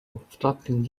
obstructing